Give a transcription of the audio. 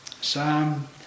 Psalm